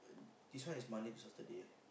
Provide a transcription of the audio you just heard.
this one is Monday to Saturday